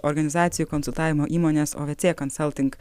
organizacijų konsultavimo įmonės ovc consulting